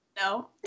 No